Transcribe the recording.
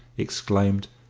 exclaimed,